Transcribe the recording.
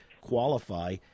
qualify